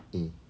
eh